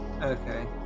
Okay